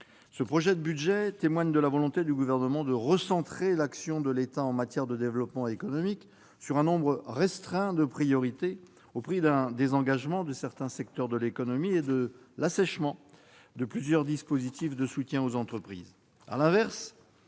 Ce projet de budget témoigne de la volonté du Gouvernement de recentrer l'action de l'État en matière de développement économique sur un nombre restreint de priorités, au prix d'un désengagement de certains secteurs de l'économie et de l'assèchement de plusieurs dispositifs de soutien aux entreprises.